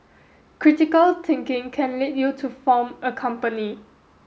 critical thinking can lead you to form a company